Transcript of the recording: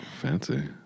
Fancy